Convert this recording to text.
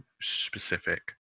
specific